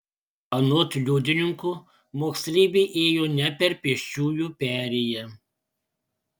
anot liudininkų moksleivė ėjo ne per pėsčiųjų perėją